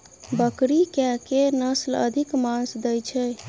बकरी केँ के नस्ल अधिक मांस दैय छैय?